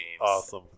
Awesome